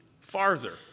farther